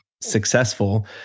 Successful